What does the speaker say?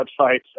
websites